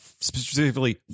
specifically